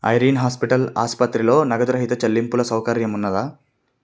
Irene hospital ఆసుపత్రిలో నగదురహిత చెల్లింపుల సౌకర్యం ఉన్నదా